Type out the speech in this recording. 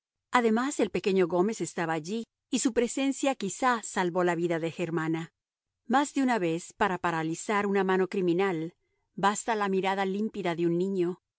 además el pequeño gómez estaba allí y su presencia quizás salvó la vida de germana más de una vez para paralizar una mano criminal basta la mirada límpida de un niño